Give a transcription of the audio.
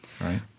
right